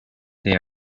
they